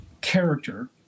character